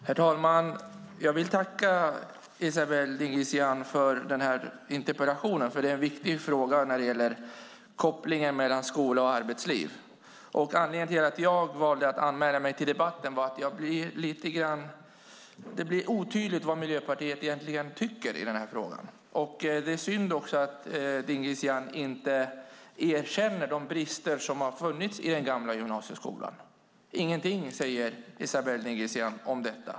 Herr talman! Jag vill tacka Esabelle Dingizian för interpellationen. Kopplingen mellan skola och arbetsliv är en viktig fråga. Anledningen till att jag valde att anmäla mig till debatten är att det blir otydligt vad Miljöpartiet egentligen tycker i denna fråga. Det är synd att Dingizian inte erkänner de brister som fanns i den gamla gymnasieskolan. Ingenting säger Esabelle Dingizian om detta.